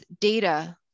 data